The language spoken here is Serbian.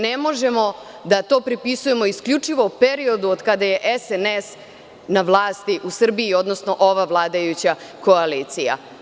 Ne možemo to da pripisujemo isključivo periodu od kada je SNS na vlasti u Srbiji, odnosno ova vladajuća koalicija.